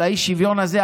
אבל האי-שוויון הזה,